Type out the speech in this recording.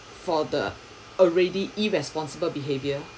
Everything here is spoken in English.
for the already irresponsible behaviour